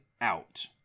out